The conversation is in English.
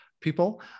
people